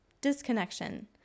disconnection